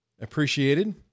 appreciated